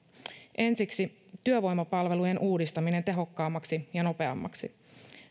ensiksi työvoimapalveluiden uudistaminen tehokkaammaksi ja nopeammaksi